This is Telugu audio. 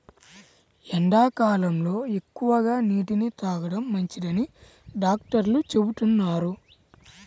ఎండాకాలంలో ఎక్కువగా నీటిని తాగడం మంచిదని డాక్టర్లు చెబుతున్నారు